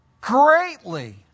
greatly